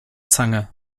zange